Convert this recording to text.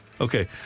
Okay